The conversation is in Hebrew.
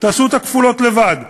תעשו את הכפולות לבד.